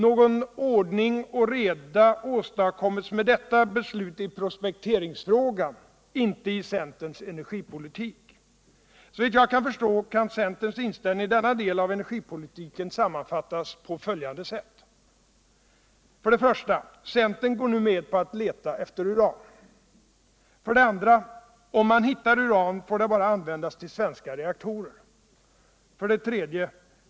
Någon ordning och reda åstadkom mes med detta beslut i prospekteringsfrågan inte i centerns energipolitik. Såvitt jag kan förstå kan centerns inställning i denna del av energipolitiken sammanfattas på följande sätt: 1. Centern går nu med på att leta efter uran. 2. Om man hittar uran får det användas bara till svenska reaktorer. 3.